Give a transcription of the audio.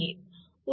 उत्तर 2